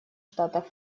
штатов